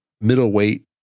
middleweight